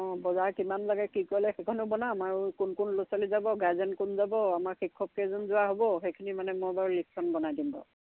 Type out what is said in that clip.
অঁ বজাৰ কিমান লাগে কি কৰিলে সেইখনো বনাম আৰু কোন কোন ল'ৰা ছোৱালী যাব গাৰ্জেন্ট কোন যাব আমাৰ শিক্ষক কেইজন যোৱা হ'ব সেইখিনি মানে মই বাৰু লিষ্টখন বনাই দিম বাৰু